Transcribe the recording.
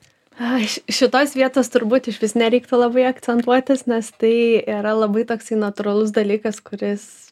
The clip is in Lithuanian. ai ši šitos vietos turbūt išvis nereiktų labai akcentuotis nes tai yra labai toksai natūralus dalykas kuris